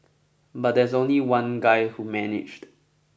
but there's only one guy who managed